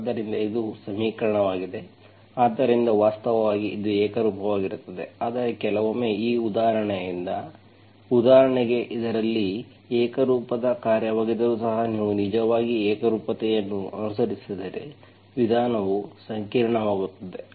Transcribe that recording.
ಆದ್ದರಿಂದ ಇದು ಸಮೀಕರಣವಾಗಿದೆ ಆದ್ದರಿಂದ ವಾಸ್ತವವಾಗಿ ಇದು ಏಕರೂಪವಾಗಿರುತ್ತದೆ ಆದರೆ ಕೆಲವೊಮ್ಮೆ ಈ ಉದಾಹರಣೆಯಿಂದ ಉದಾಹರಣೆಗೆ ಇದರಲ್ಲಿ ಇದು ಏಕರೂಪದ ಕಾರ್ಯವಾಗಿದ್ದರೂ ಸಹ ನೀವು ನಿಜವಾಗಿ ಏಕರೂಪತೆಯನ್ನು ಅನುಸರಿಸಿದರೆ ವಿಧಾನವು ಸಂಕೀರ್ಣವಾಗುತ್ತದೆ